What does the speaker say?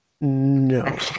No